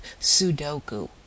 Sudoku